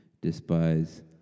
despise